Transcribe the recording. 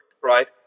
right